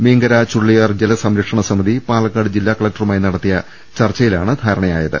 മീങ്കര ചുള്ളിയാർ ജലസംരക്ഷണ സമിതി പാലക്കാട് ജില്ലാ കലക്ടറുമായി നടത്തിയ ചർച്ചയിലാണ് ധാരണയായത്